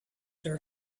their